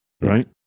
right